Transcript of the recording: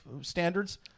standards